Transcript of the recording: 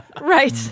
Right